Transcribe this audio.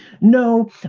No